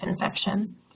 infection